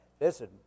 Listen